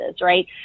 right